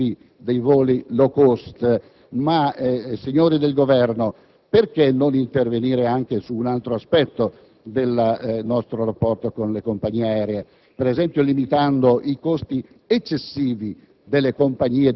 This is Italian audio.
complessivi dei voli *low cost*; ma, signori del Governo, perché non intervenire anche su un altro aspetto del nostro rapporto con le compagnie aeree, limitando i costi eccessivi